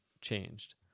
changed